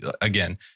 Again